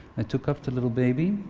i took up the little baby,